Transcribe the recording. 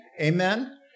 Amen